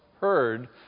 heard